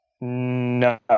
no